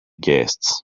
guests